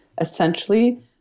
essentially